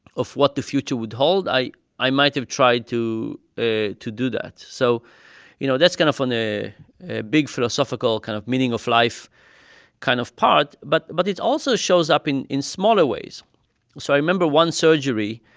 of what the future would hold, i i might've tried to ah to do that. so you know, that's kind of on a big philosophical kind of meaning-of-life kind of part. but but it also shows up in in smaller ways so i remember one surgery.